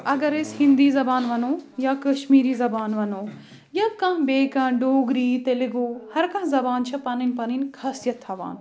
اَگر أسۍ ہِنٛدی زبان وَنو یا کشمیٖری زبان وَنو یا کانٛہہ بیٚیہِ کانٛہہ ڈوگری تٮ۪لٮ۪گوٗ ہَرٕ کانٛہہ زبان چھےٚ پَنٕنۍ پَنٕنۍ خاصِیت تھاوان